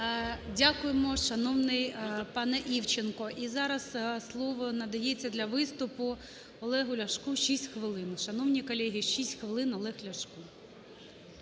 Дякуємо, шановний пане Івченко. І зараз слово надається для виступу Олегу Ляшку 6 хвилин. Шановні колеги, 6 хвилин Олег Ляшко.